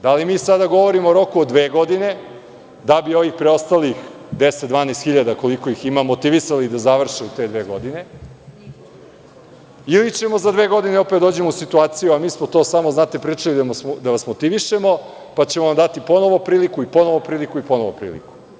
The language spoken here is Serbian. Da li mi sada govorimo o roku od dve godine da bi ovih preostalih 10.000 – 12.000, koliko ih ima motivisali da završe u te dve godine ili ćemo za dve godine opet da dođemo u situaciju mi smo to samo pričali da vas motivišemo pa ćemo vam dati ponovo priliku i ponovo priliku i ponovo priliku.